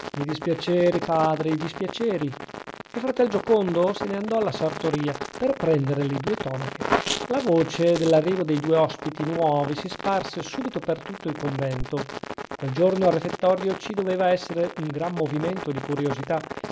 i dispiaceri padre i dispiaceri e fratel giocondo se ne andò alla sartoria per prendere le due tonache la voce dell'arrivo dei due ospiti nuovi si sparse subito per tutto il convento quel giorno al refettorio ci doveva essere un gran movimento di curiosità